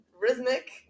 rhythmic